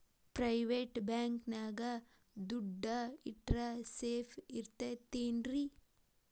Private bank ನ್ಯಾಗ್ ದುಡ್ಡ ಇಟ್ರ ಸೇಫ್ ಇರ್ತದೇನ್ರಿ?